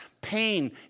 pain